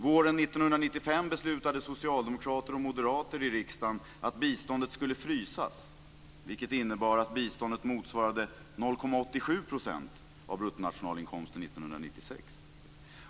Våren 1995 beslutade socialdemokrater och moderater i riksdagen att biståndet skulle frysas, vilket innebar att biståndet motsvarade 0,87 % av bruttonationalinkomsten 1996.